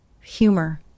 humor